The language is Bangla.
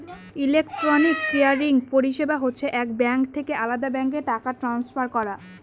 ইলেকট্রনিক ক্লিয়ারিং পরিষেবা হচ্ছে এক ব্যাঙ্ক থেকে আলদা ব্যাঙ্কে টাকা ট্রান্সফার করা